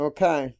Okay